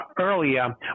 earlier